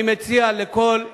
אני מציע לכל חברי,